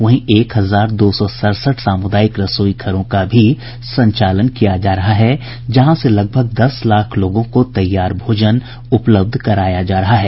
वहीं एक हजार दो सौ सड़सठ सामुदायिक रसोई घरों का भी संचालन किया जा रहा हैं जहां से लगभग दस लाख लोगों को तैयार भोजन उपलब्ध कराया जा रहा है